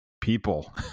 people